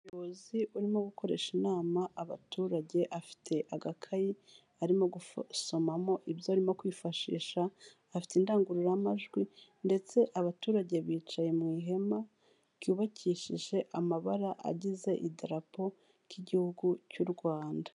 Umuyobozi urimo gukoresha inama abaturage afite agakayi arimo gusomamo ibyo arimo kwifashisha, afite indangururamajwi ndetse abaturage bicaye mu ihema ryubakishije amabara agize idarapo ry'igihugu cy'u Rwanda.